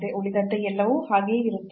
ಉಳಿದಂತೆ ಎಲ್ಲವೂ ಹಾಗೆಯೇ ಇರುತ್ತದೆ